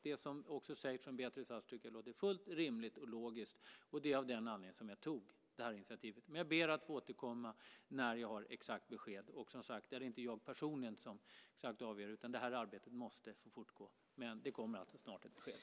Det som Beatrice Ask säger låter fullt rimligt och logiskt. Av den anledningen tog jag det här initiativet. Jag ber att få återkomma när jag har exakt besked. Det är inte jag personligen som avgör detta. Det här arbetet måste få fortgå. Det kommer alltså snart ett besked.